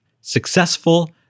Successful